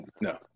No